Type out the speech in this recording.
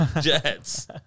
Jets